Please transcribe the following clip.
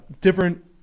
Different